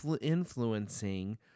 influencing